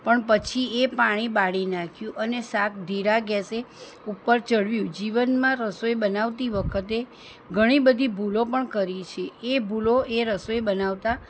પણ પછી એ પાણી બાળી નાખ્યું અને શાક ધીરા ગેસે ઉપર ચડ્યું જીવનમાં રસોઈ બનાવતી વખતે ઘણી બધી ભૂલો પણ કરી છે એ ભૂલો એ રસોઈ બનાવતાં